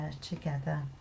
together